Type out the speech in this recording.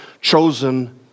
chosen